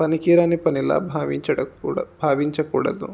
పనికిరాని పనిలా భావించడం కూడ భావించకూడదు